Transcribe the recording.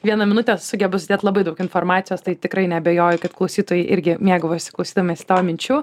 vieną minutę sugeba sudėt labai daug informacijos tai tikrai neabejoju kad klausytojai irgi mėgavosi klausydamiesi tavo minčių